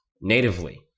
natively